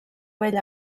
vell